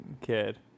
kid